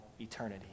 eternity